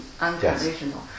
unconditional